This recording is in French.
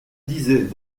disait